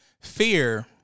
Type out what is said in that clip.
Fear